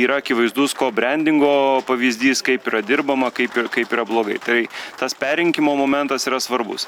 yra akivaizdus kobrendingo pavyzdys kaip yra dirbama kaip ir kaip yra blogai tai tas perrinkimo momentas yra svarbus